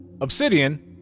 Obsidian